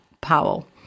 Powell